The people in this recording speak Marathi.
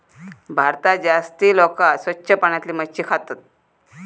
भारतात जास्ती लोका स्वच्छ पाण्यातली मच्छी खातत